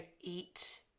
eat